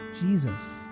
Jesus